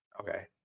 Okay